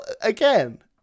again